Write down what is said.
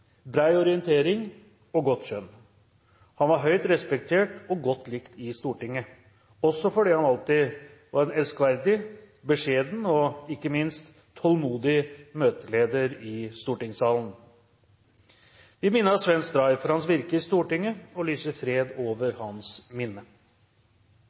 orientering og godt skjønn. Han var høyt respektert og godt likt i Stortinget, også fordi han alltid var en elskverdig, beskjeden og – ikke minst – tålmodig møteleder i stortingssalen. Vi minnes Svenn Stray for hans virke i Stortinget og lyser fred over